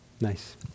Nice